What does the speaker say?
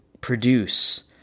produce